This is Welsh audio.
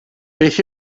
beth